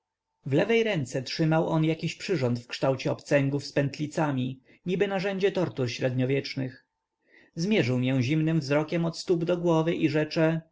lewej ręce trzymał on jakiś przyrząd w kształcie obcęgów z pętlicami niby narzędzie tortur średniowiecznych zmierzył mię zimnym wzrokiem od stóp do głowy i rzecze